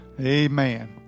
Amen